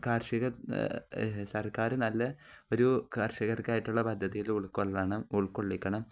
കാർഷിക സർക്കാര് നല്ല ഒരു കർഷകർക്കായിട്ടുള്ള പദ്ധതിയിൽ ഉൾക്കൊള്ളണം ഉൾക്കൊള്ളിക്കണം